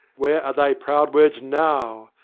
where are thy proud words now?